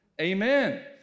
Amen